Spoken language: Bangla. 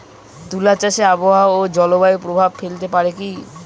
তুলা চাষে আবহাওয়া ও জলবায়ু প্রভাব ফেলতে পারে কি?